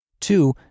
Two